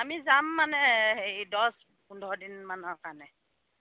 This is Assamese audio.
আমি যাম মানে হেৰি দহ পোন্ধৰ দিনমানৰ কাৰণে